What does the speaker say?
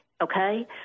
okay